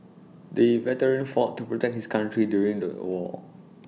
the veteran fought to protect his country during the war